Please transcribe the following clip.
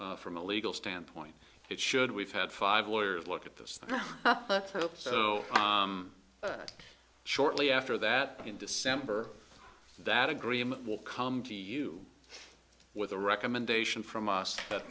r from a legal standpoint it should we've had five lawyers look at this so shortly after that in december that agreement will come to you with a recommendation from us